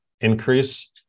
increase